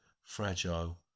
fragile